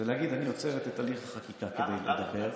זה להגיד: אני עוצרת את תהליך החקיקה כדי לדבר,